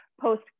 post